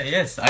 Yes